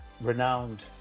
renowned